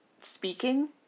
speaking